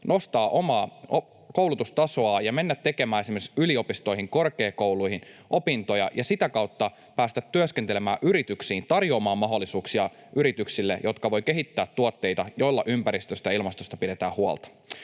nostaa omaa koulutustasoaan ja mennä tekemään esimerkiksi yliopistoihin, korkeakouluihin, opintoja ja sitä kautta päästä työskentelemään yrityksiin, tarjoamaan mahdollisuuksia yrityksille, jotka voivat kehittää tuotteita, joilla ympäristöstä ja ilmastosta pidetään huolta.